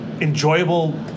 enjoyable